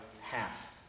half